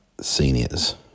Seniors